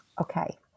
Okay